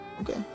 Okay